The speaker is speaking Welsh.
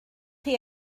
chi